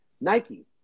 nike